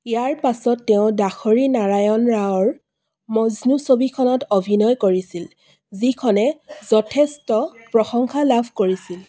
ইয়াৰ পাছত তেওঁ দাশৰী নাৰায়ণ ৰাওৰ মজনু ছবিখনত অভিনয় কৰিছিল যিখনে যথেষ্ট প্ৰশংসা লাভ কৰিছিল